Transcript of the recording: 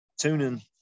tuning